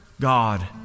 God